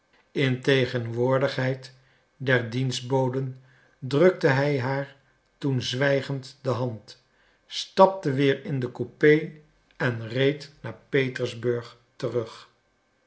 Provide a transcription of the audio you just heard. in tegenwoordigheid der dienstboden drukte hij haar toen zwijgend de hand stapte weer in de coupé en reed naar petersburg terug